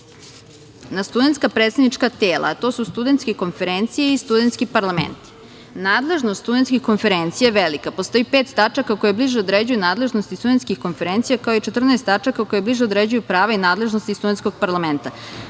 na studentska predstavnička tela, a to su studentske konferencije i studentski parlament. Nadležnost studentskih konferencija je velika. Postoji pet tačaka koje bliže određuju nadležnost studentskih konferencija, kao i 14 tačaka koje bliže određuju prava i nadležnosti studentskog parlamenta.